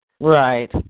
Right